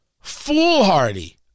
foolhardy